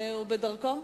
הוא בדרכו?